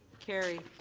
carried.